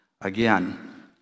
again